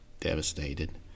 devastated